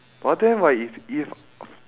but then right if if